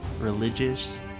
religious